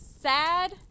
sad